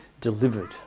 delivered